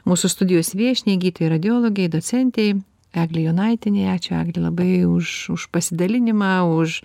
mūsų studijos viešniai gydytojai radiologei docentei eglei jonaitienei ačiū egle labai už už pasidalinimą už